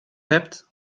hebt